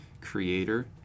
creator